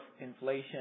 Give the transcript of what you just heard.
inflation